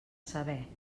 saber